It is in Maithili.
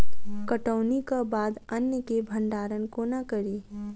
कटौनीक बाद अन्न केँ भंडारण कोना करी?